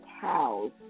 house